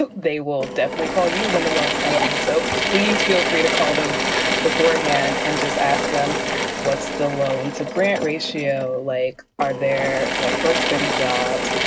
but they will definitely call you when the loans come in. and so please feel free to call them beforehand and just ask them what's the loan to grant ratio like? are there like work study jobs?